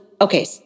okay